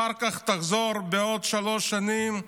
אחר כך, תחזור בעוד שלוש שנים.